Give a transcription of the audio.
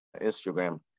Instagram